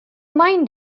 mind